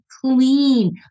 clean